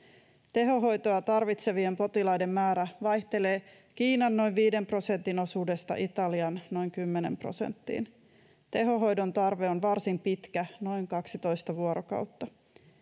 tehohoitoa tarvitsevien potilaiden määrä vaihtelee kiinan noin viiden prosentin osuudesta italian noin kymmeneen prosenttiin tehohoidon tarve on varsin pitkä noin kaksitoista vuorokautta